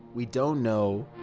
we don't know